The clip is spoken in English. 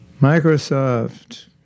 Microsoft